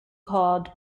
called